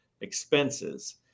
expenses